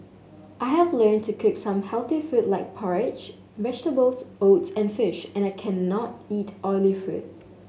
I have learned to cook some healthy food like porridge vegetables oats and fish and I cannot eat oily food